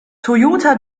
toyota